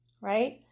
right